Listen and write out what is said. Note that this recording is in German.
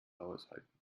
aushalten